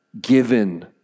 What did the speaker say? given